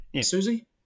Susie